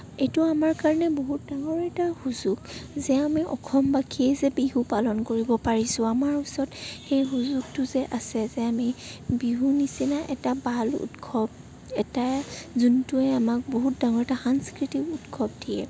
এইটো আমাৰ কাৰণে বহুত ডাঙৰ এটা সুযোগ যে আমি অসমবাসীয়ে যে বিহু পালন কৰিব পাৰিছোঁ আমাৰ ওচৰত সেই সুযোগটো যে আছে যে আমি বিহুৰ নিচিনা এটা ভাল উৎসৱ এটা যোনটোয়ে আমাক বহুত ডাঙৰ এটা সাংস্কৃতিক উৎসৱ দিয়ে